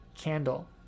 candle